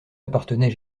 appartenait